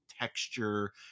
texture